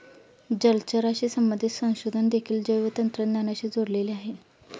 जलचराशी संबंधित संशोधन देखील जैवतंत्रज्ञानाशी जोडलेले आहे